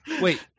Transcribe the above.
wait